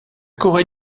corée